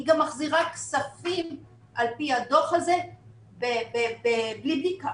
היא גם מחזירה כספים על פי הדוח הזה בלי בדיקה.